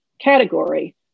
category